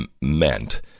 meant